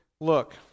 look